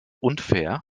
unfair